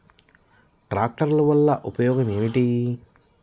ట్రాక్టర్ల వల్ల ఉపయోగం ఏమిటీ?